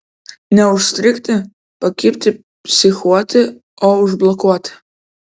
ne užstrigti pakibti psichuoti o užblokuoti